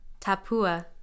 Tapua